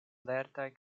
lertaj